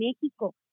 México